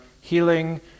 healing